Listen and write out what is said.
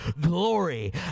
glory